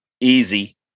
easy